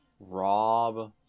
rob